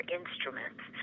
instruments